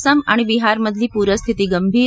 असम आणि बिहारमधली पूरस्थिती गंभीर